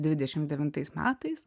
dvidešim devintais metais